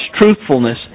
truthfulness